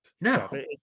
no